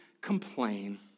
complain